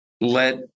let